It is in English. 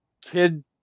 kid